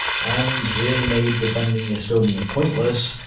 and really made defending estonia pointless,